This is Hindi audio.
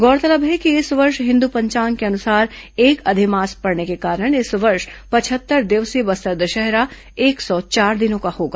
गौरतलब है कि इस वर्ष हिन्दू पंचांग के अनुसार एक अधिमास पड़ने के कारण इस वर्ष पंचहत्तर दिवसीय बस्तर दशहरा एक सौ चार दिनों का होगा